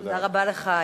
תודה רבה לך,